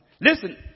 Listen